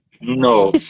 no